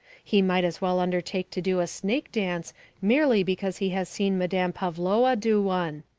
he might as well undertake to do a snake dance merely because he has seen madame pavlowa do one.